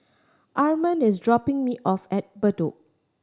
Armond is dropping me off at Bedok